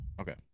Okay